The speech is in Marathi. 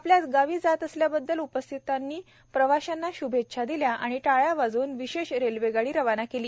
आपल्या गावी जात असल्याबद्दल उपस्थितांनी प्रवाशांना श्भेच्छा दिल्या व टाळ्या वाजवून या विशेष गाडीला रवाना केले